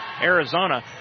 Arizona